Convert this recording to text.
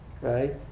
Right